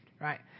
right